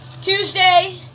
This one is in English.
Tuesday